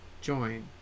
Join